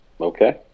Okay